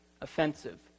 offensive